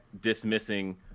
dismissing